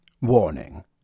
Warning